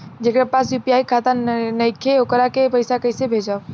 जेकरा पास यू.पी.आई खाता नाईखे वोकरा के पईसा कईसे भेजब?